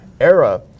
era